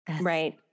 right